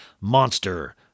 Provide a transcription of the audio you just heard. monster